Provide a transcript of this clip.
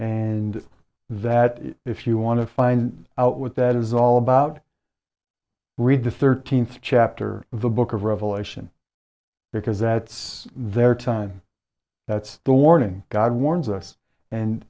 and that if you want to find out what that is all about read the thirteenth chapter of the book of revelation because that's their time that's the warning god warns us and